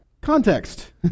Context